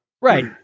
Right